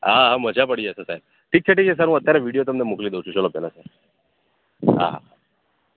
હા હા મજા પડી જશે સાહેબ ઠીક છે ઠીક છે સર હું અત્યારે વિડીયો તમને મોકલી દઉં છુ ચાલો પહેલાં સર હા